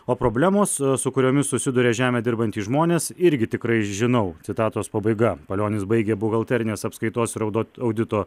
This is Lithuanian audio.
o problemos su kuriomis susiduria žemę dirbantys žmonės irgi tikrai žinau citatos pabaiga palionis baigė buhalterinės apskaitos ir audo audito